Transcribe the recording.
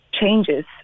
changes